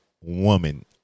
woman